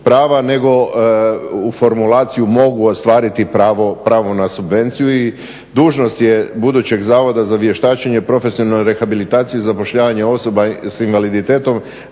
nego u formulaciju mogu ostvariti pravo na subvenciju i dužnost je budućeg zavoda za vještačenje i profesionalnu rehabilitaciju i zapošljavanje osoba s invaliditetom